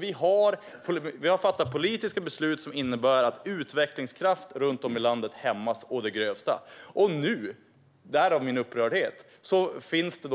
Vi har fattat politiska beslut som innebär att utvecklingskraft runt om i landet hämmas å det grövsta. Och nu finns det - därav min upprördhet -